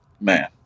Man